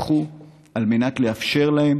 שקופחו על מנת לאפשר להן